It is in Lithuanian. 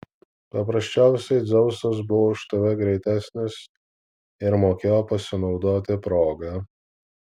paprasčiausiai dzeusas buvo už tave greitesnis ir mokėjo pasinaudoti proga